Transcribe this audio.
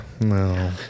no